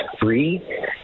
free